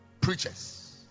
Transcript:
preachers